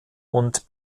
und